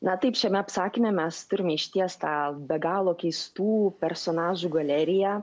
na taip šiame apsakyme mes turime išties tą be galo keistų personažų galeriją